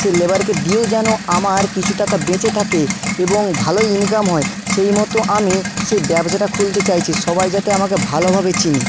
সেই লেবারকে দিয়েও যেন আমার কিছু টাকা বেঁচে থাকে এবং ভালো ইনকাম হয় সেই মতো আমি সেই ব্যবসাটা খুলতে চাইছি সবাই যাতে আমাকে ভালোভাবে চিনি